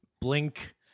Blink